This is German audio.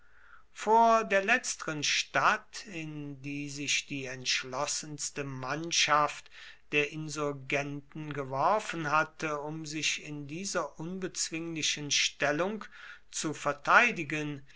vor der letzteren stadt in die sich die entschlossenste mannschaft der insurgenten geworfen hatte um sich in dieser unbezwinglichen stellung zu verteidigen